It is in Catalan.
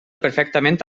perfectament